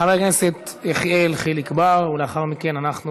חבר הכנסת יחיאל חיליק בר, ולאחר מכן אנחנו